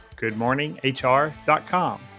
goodmorninghr.com